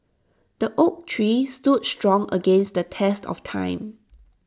the oak tree stood strong against the test of time